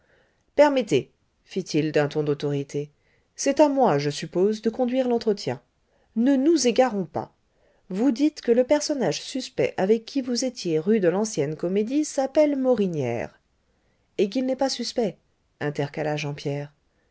permettez fit-il d'un ton d'autorité c'est à moi je suppose de conduire l'entretien ne nous égarons pas vous dites que le personnage suspect avec qui vous étiez rue de lancienne comédie s'appelle morinière et qu'il n'est pas suspect intercala jean pierre